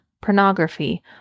pornography